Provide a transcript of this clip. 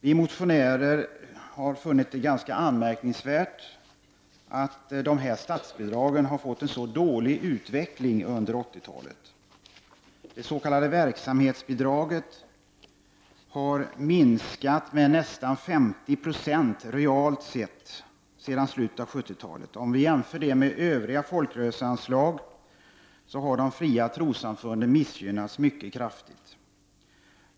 Vi motionärer har funnit det ganska anmärkningsvärt att dessa statsbidrag har fått en så dålig utveckling under 80-talet. Det s.k. verksamhetsbidraget har minskat med 50 9o realt sett sedan slutet av 70-talet. Om vi jämför detta med övriga folkrörelseanslag finner vi att de fria trossamfunden missgynnats mycket kraftigt.